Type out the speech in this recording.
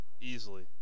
Easily